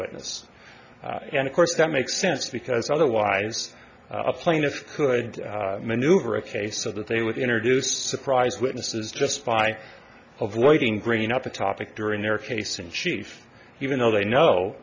witness and of course that makes sense because otherwise a plaintiff could maneuver a case so that they would introduce surprise witnesses just by avoiding grading up a topic during their case in chief even though they know